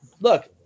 look